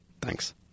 Thanks